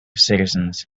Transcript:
citizens